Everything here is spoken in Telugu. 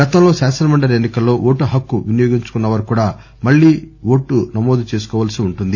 గతంలో శాసనమండలి ఎన్ని కల్లో ఓటు హక్కు వినియోగించుకున్నవారు కూడా మల్లీ ఓటు నమోదు చేసుకోవలసి ఉంటుంది